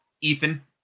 Ethan